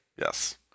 Yes